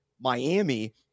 Miami